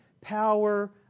power